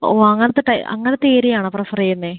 ഓ അങ്ങനത്തെ ടൈപ്പ് അങ്ങനത്തെ ഏരിയ ആണോ പ്രിഫെറ് ചെയ്യുന്നത്